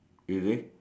is it